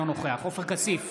אינו נוכח עופר כסיף,